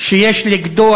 שיש לגדוע.